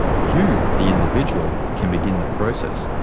you, the individual, can begin the process,